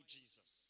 Jesus